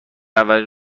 اولین